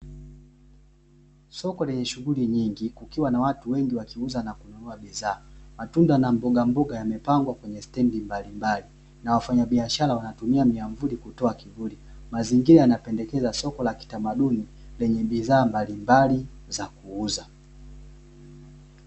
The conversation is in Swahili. Soko lenye shuguli nyingi kukiwa na watu wengi mbogamboga na matunda yakiwa yamepangwa kwenye stendi mazingira na wafanyabiashara wanatumia mianvuli kutoa kivuli mazingira yanapendekeza soko la kitamaduni lenye bidhaa mbalimbali za kuuza